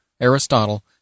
Aristotle